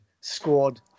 squad